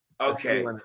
Okay